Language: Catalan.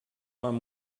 amb